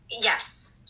Yes